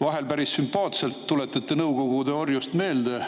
Vahel te päris sümpaatselt tuletate Nõukogude orjust meelde,